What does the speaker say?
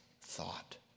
thought